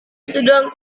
sedang